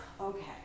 Okay